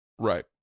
Right